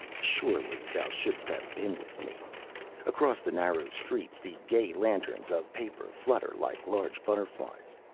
surely thou shouldst have been with me across the narrow streets the gay lanterns of paper flutter like large butterflies.